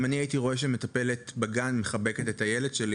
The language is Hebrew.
אם הייתי רואה שמטפלת בגן מחבקת את הילד שלי,